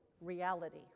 reality